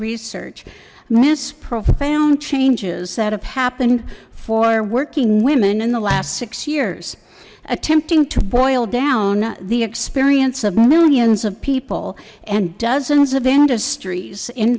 research miss profound changes that have happened for working women in the last six years attempting to boil down the experience of millions of people and dozens of industries in